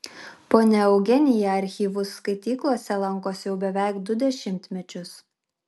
ponia eugenija archyvų skaityklose lankosi jau beveik du dešimtmečius